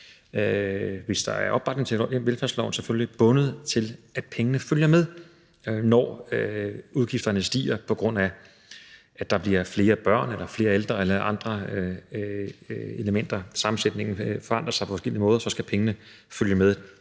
hvis der er opbakning til den velfærdslov, fremover vil være bundet til, at pengene følger med, når udgifterne stiger, på grund af at der bliver flere børn eller flere ældre eller andre elementer. Når sammensætningen forandrer sig på forskellige måder, skal pengene følge med.